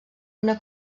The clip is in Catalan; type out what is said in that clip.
una